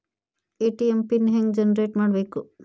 ATM pin ಹೆಂಗ್ generate ಮಾಡಬೇಕು?